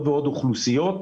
אוכלוסיות